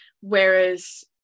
whereas